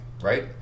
right